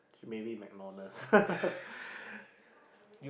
maybe MacDonald's